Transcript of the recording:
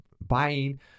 buying